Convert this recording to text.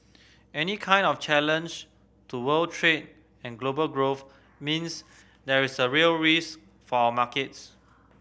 any kind of challenge to world trade and global growth means there is a real risk for our markets